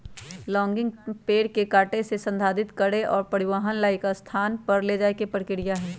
logging पेड़ के काटे से, संसाधित करे और परिवहन ला एक स्थान पर ले जाये के प्रक्रिया हई